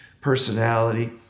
personality